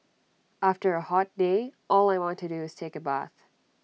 after A hot day all I want to do is take A bath